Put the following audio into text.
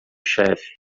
chefe